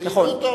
נכון.